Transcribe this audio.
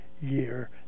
year